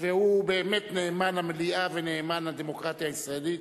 והוא באמת נאמן למליאה ונאמן לדמוקרטיה הישראלית,